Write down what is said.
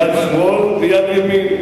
יד שמאל ויד ימין.